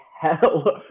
hell